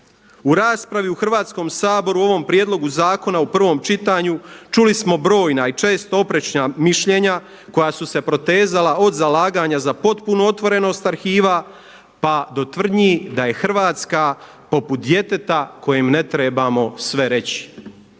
U raspravi u Hrvatskom saboru u ovom prijedlogu zakona u prvom čitanju čuli smo brojna i često oprečna mišljenja koja su se protezala od zalaganja za potpunu otvorenost arhiva pa do tvrdnji da je Hrvatska poput djeteta kojem ne trebamo sve reći.